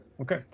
Okay